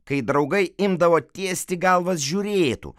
kai draugai imdavo tiesti galvas žiūrėtų